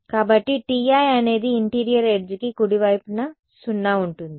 కాబట్టి Ti అనేది interior ఎడ్జ్కి కుడి వైపున 0 ఉంటుంది